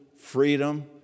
freedom